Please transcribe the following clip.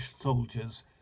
soldiers